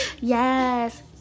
Yes